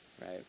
right